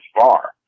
far